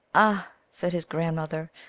ah! said his grandmother,